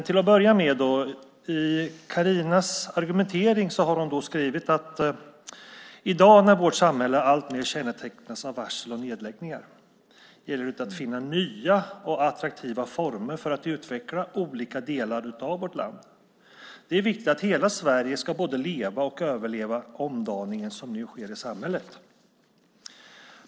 I sin argumentering har Carina skrivit: I dag, när vårt samhälle alltmer kännetecknas av varsel och nedläggningar, gäller det att finna nya och attraktiva former för att utveckla olika delar av vårt land. Det är viktigt att hela Sverige ska både leva och överleva omdaningen som nu sker i samhället.